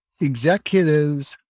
executives